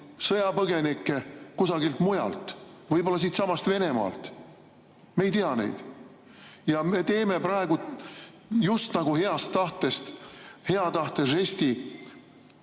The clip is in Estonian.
sõjapõgenikke kusagilt mujalt, kas või siitsamast Venemaalt? Me ei tea seda. Me teeme praegu just nagu heast tahtest hea tahte žesti